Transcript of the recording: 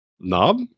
Knob